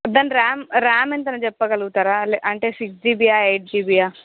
దాని RAM RAM ఎంత అనేది చెప్పగలుగుతారా లె అంటే సిక్స్ జిబీయా ఎయిట్ జిబీయా